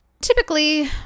Typically